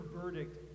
verdict